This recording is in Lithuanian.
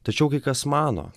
tačiau kai kas mano